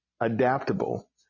adaptable